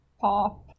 pop